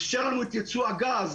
אפשר לנו ייצוא הגז,